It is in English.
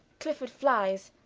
clifford flies.